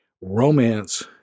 Romance